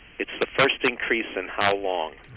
it's the first increase in how long.